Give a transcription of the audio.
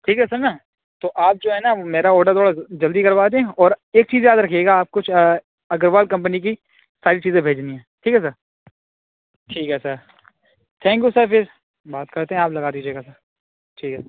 ٹھیک ہے سر نا تو آپ جو ہے نا میرا آرڈر تھوڑا جلدی کروا دیں اور ایک چیز یاد رکھیے گا آپ کچھ اگروال کمپنی کی ساری چیزیں بھیجنی ہیں ٹھیک ہے سر ٹھیک ہے سر تھینک یو سر پھر بات کرتے ہیں آپ لگا دیجیے گا سر ٹھیک ہے